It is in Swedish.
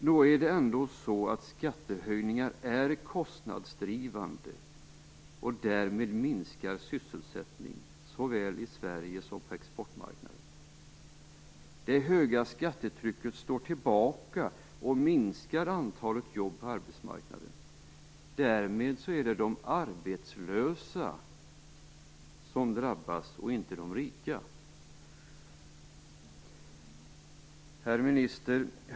Nog är det ändå så att skattehöjningar är kostnadsdrivande och därmed minskar sysselsättning såväl i Sverige som på exportmarknaden. Det höga skattetrycket slår tillbaka och minskar antalet jobb på arbetsmarknaden. Därmed är det de arbetslösa som drabbas och inte de rika. Herr minister!